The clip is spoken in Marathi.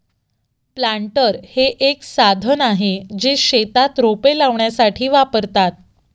प्लांटर हे एक साधन आहे, जे शेतात रोपे लावण्यासाठी वापरतात